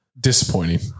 Disappointing